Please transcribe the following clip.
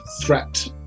threat